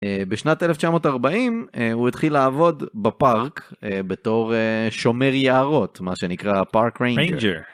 בשנת 1940 הוא התחיל לעבוד בפארק בתור שומר יערות, מה שנקרא פארק ריינג'ר.